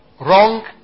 Wrong